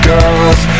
Girls